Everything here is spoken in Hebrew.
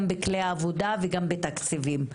גם בכלי עבודה וגם בתקציבים.